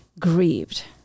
grieved